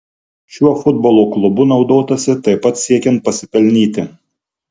šiuo futbolo klubu naudotasi taip pat siekiant pasipelnyti